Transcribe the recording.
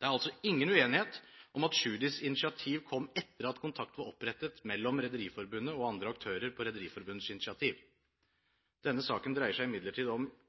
Det er altså ingen uenighet om at Tschudis initiativ kom etter at kontakt var opprettet mellom Rederiforbundet og andre aktører, på Rederiforbundets initiativ. Denne saken dreier seg imidlertid om